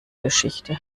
geschichte